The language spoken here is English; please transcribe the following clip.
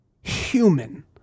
human